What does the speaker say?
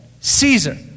Caesar